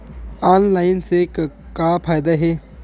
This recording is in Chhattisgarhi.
ऑनलाइन से का फ़ायदा हे?